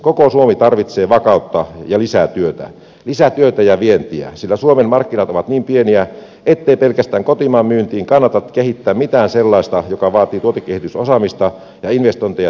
koko suomi tarvitsee vakautta ja lisää työtä lisää työtä ja vientiä sillä suomen markkinat ovat niin pieniä ettei pelkästään kotimaan myyntiin kannata kehittää mitään sellaista mikä vaatii tuotekehitysosaamista ja investointeja tuotantoon